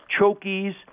chokies